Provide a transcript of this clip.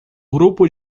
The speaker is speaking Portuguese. grupo